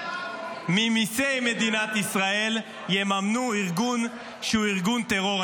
ממיסי מדינת ישראל, יממנו ארגון שהוא ארגון טרור.